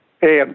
Hey